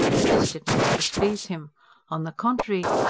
but this did not displease him on the contrary,